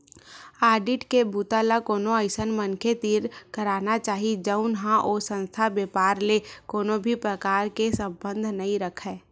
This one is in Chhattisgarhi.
आडिट के बूता ल कोनो अइसन मनखे तीर कराना चाही जउन ह ओ संस्था, बेपार ले कोनो भी परकार के संबंध नइ राखय